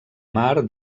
mar